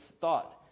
thought